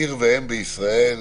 עיר ואם בישראל,